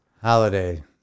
Holiday